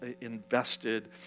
invested